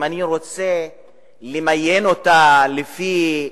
אפילו אם אני רוצה למיין אותה לפי